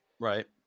Right